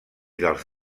dels